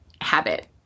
habit